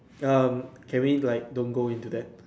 ya can we like don't go into that